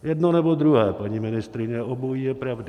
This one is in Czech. Jedno, nebo druhé, paní ministryně, obojí je pravda.